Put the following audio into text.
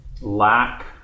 lack